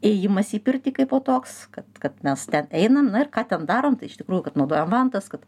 ėjimas į pirtį kaipo toks kad kad mes einam na ir ką ten darom tai iš tikrųjų kad naudojam vantas kad